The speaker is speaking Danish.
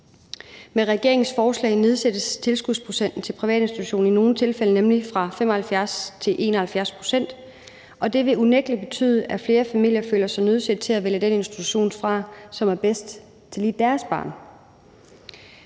Med regeringens forslag nedsættes tilskudsprocenten til privatinstitutioner i nogle tilfælde nemlig fra 75 til 71 pct., og det vil unægtelig betyde, at flere familier føler sig nødsaget til at vælge den institution fra, som er bedst til netop deres barn.